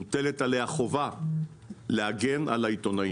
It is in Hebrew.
מוטלת עליה חובה להגן על העיתונאים.